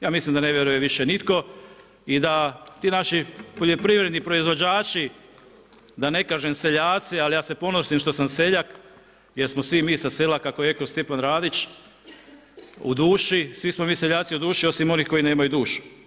Ja mislim da ne vjeruje više nitko i da ti naši poljoprivredni proizvođači, da ne kažem seljaci, ali ja se ponosim što sam seljak jer smo svi mi sa sela, kako je rekao Stjepan Radić u duši, svi smo mi seljaci u duši osim onih koji nemaju dušu.